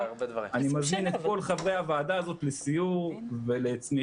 אני מזמין את כל חברי הוועדה הזאת לסיור ולצמיחה.